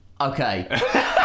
Okay